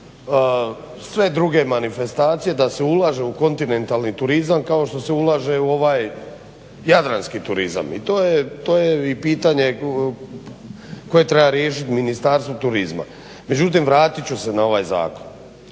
Sve druge manifestacije, da se ulaže u kontinentalni turizam kao što se ulaže u ovaj jadranski turizam. I to je , to je i pitanje koje treba riješit Ministarstvo turizma. Međutim, vratit ću se na ovaj zakon.